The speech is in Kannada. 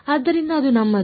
ಆದ್ದರಿಂದ ಅದು ನಮ್ಮದು